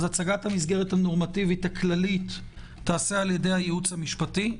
אז הצגת המסגרת הנורמטיבית הכללית תיעשה על-ידי הייעוץ המשפטי.